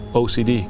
ocd